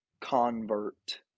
convert